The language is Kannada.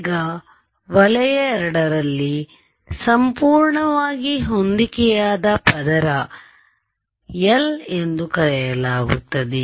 ಈಗ ವಲಯ 2 ಲ್ಲಿ ಸಂಪೂರ್ಣವಾಗಿ ಹೊಂದಿಕೆಯಾದ ಪದರ L ಎಂದು ಕರೆಯಲಾಗುತ್ತದೆ